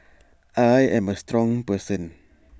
I am A strong person